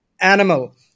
animal